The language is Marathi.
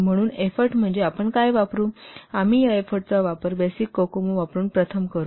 म्हणून एफोर्ट म्हणजे आपण काय वापरूआम्ही या एफोर्टचा वापर बेसिक कोकोमो वापरुन प्रथम करू